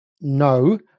no